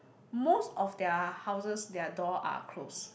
most of their houses their door are closed